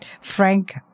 frank